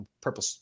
purple